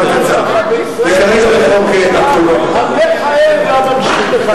המכהן והממשיך לכהן.